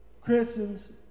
Christians